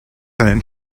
einen